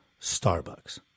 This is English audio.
Starbucks